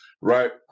right